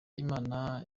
imana